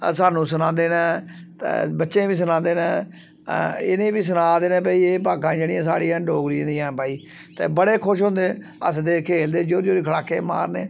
सानूं सना दे न न ते बच्चें गी बी सनांदे ने इ'नेंगी बी सनांदे न भाई एह् भाखां जेह्ड़ियां साढ़ियां डोगरी दियां न भाई ते बड़े खुश होंदे हसदे खेढदे जोरी जोरी गड़ाके मारने